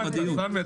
סמי,